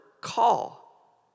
call